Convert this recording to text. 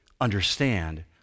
understand